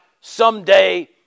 someday